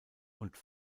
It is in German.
und